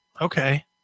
okay